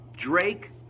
Drake